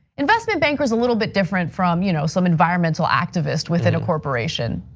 investment banker is a little bit different from you know some environmental activist within a corporation,